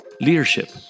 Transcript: leadership